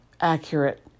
accurate